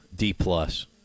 D-plus